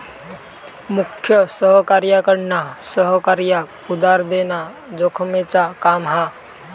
मुख्य सहकार्याकडना सहकार्याक उधार देना जोखमेचा काम हा